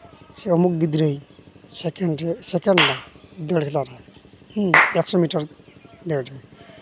ᱥᱮ ᱚᱢᱩᱠᱷ ᱜᱤᱫᱽᱨᱟᱹᱭ ᱥᱮᱠᱮᱱᱰᱨᱮ ᱥᱮᱠᱮᱱᱰᱱᱟ ᱫᱟᱹᱲ ᱦᱮᱞᱟᱣ ᱨᱮ ᱮᱠᱥᱳ ᱢᱤᱴᱟᱨ ᱫᱟᱹᱲᱨᱮ